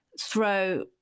throw